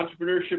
entrepreneurship